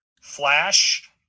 Flash